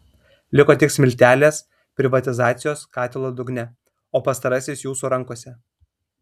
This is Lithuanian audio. liko tik smiltelės privatizacijos katilo dugne o pastarasis jūsų rankose